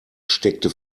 steckte